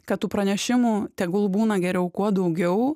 kad tų pranešimų tegul būna geriau kuo daugiau